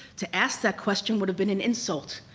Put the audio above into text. to ask that question would've been an insult.